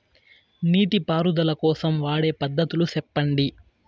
నీటి పారుదల కోసం వాడే పద్ధతులు సెప్పండి?